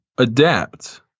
Adapt